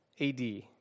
AD